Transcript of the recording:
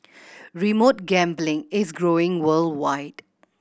remote gambling is growing worldwide